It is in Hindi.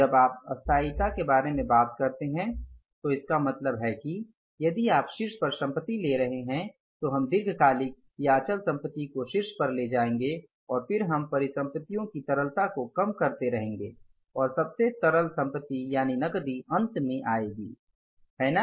जब आप स्थायीता के बारे में बात करते हैं तो इसका मतलब है कि यदि आप शीर्ष पर संपत्ति ले रहे हैं तो हम दीर्घकालिक या अचल संपत्ति को शीर्ष पर ले जाएंगे और फिर हम परिसंपत्तियों की तरलता को कम करते रहेंगे और सबसे तरल सम्पति यानि नकदी अंत में आएगी है ना